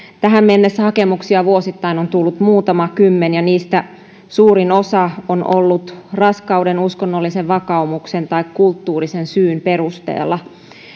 tähän mennessä hakemuksia vuosittain on tullut muutama kymmenen ja niistä suurin osa on ollut raskauden uskonnollisen vakaumuksen tai kulttuurisen syyn perusteella